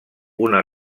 una